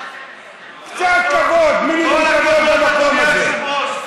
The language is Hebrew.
קצת כבוד, תנו גם כבוד למקום הזה.